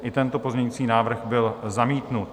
I tento pozměňovací návrh byl zamítnut.